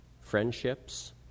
friendships